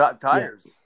tires